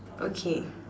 okay